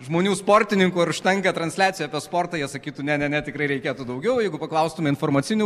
žmonių sportininkų ar užtenka transliacijų apie sportą jie sakytų ne ne ne tikrai reikėtų daugiau jeigu paklaustume informacinių